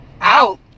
out